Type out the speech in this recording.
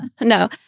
no